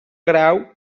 grau